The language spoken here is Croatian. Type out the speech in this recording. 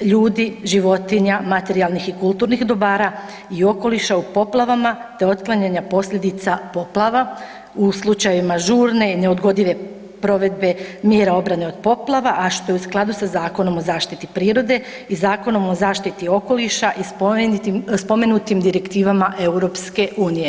ljudi, životinja, materijalnih i kulturnih dobara i okoliša u poplavama, te otklanjanja posljedica poplava u slučajevima žurne i neodgodive provedbe mjera obrane od poplava, a što je u skladu sa Zakonom o zaštiti prirode i Zakonom o zaštiti okoliša i spomenutim direktivama EU.